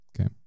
Okay